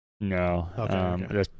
No